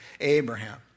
Abraham